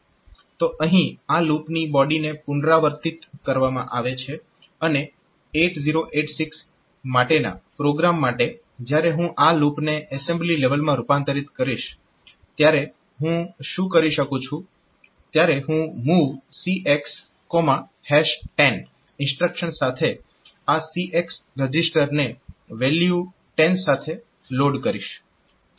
તો અહીં આ લૂપની બોડીને પુનરાવર્તિત કરવામાં આવે છે અને 8086 માટેના પ્રોગ્રામ માટે જયારે હું આ લૂપને એસેમ્બલી લેવલમાં રૂપાંતરીત કરીશ ત્યારે હું શું કરી શકું છું ત્યારે હું MOV CX 10 ઇન્સ્ટ્રક્શન સાથે આ CX રજીસ્ટરને વેલ્યુ 10 સાથે લોડ કરીશ